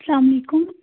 سلامُ علیکُم